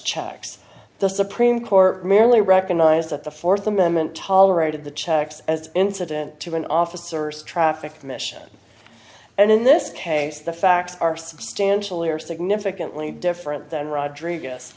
checks the supreme court merely recognized that the fourth amendment tolerated the checks as incident to an officers traffic commission and in this case the facts are substantially or significantly different than rodriguez